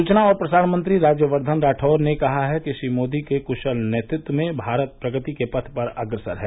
सूचना और प्रसारण मंत्री राज्यवर्धन राठौर ने कहा है कि श्री मोदी के क्शल नेतृत्व में भारत प्रगति के पथ पर अग्रसर है